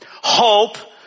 Hope